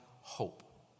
hope